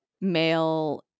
male